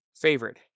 favorite